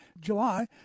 July